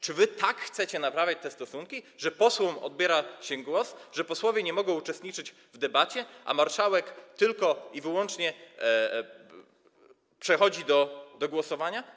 Czy wy tak chcecie naprawiać te stosunki, że posłom odbiera się głos, że posłowie nie mogą uczestniczyć w debacie, a marszałek tylko i wyłącznie przechodzi do głosowania?